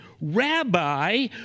rabbi